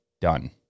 done